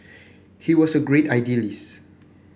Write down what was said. he was a great idealists